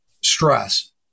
stress